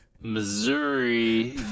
Missouri